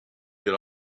get